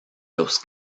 los